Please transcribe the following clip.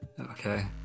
Okay